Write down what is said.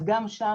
אז גם שם,